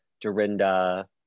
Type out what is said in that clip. dorinda